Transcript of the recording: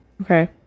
Okay